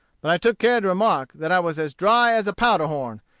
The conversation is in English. but i took care to remark that i was as dry as a powder-horn,